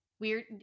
Weird